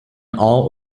all